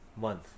month